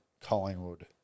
Collingwood